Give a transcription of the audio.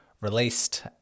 released